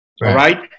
right